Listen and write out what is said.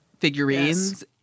figurines